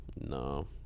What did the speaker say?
no